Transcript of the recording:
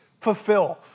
fulfills